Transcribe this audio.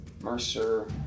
Mercer